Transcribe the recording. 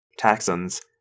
Taxons